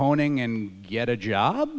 honing and get a job